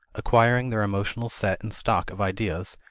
acquiring their emotional set and stock of ideas,